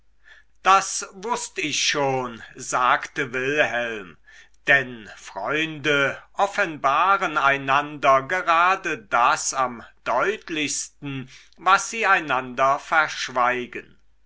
das wußt ich schon sagte wilhelm denn freunde offenbaren einander gerade das am deutlichsten was sie einander verschweigen